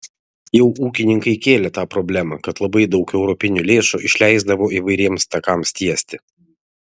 jau ūkininkai kėlė tą problemą kad labai daug europinių lėšų išleisdavo įvairiems takams tiesti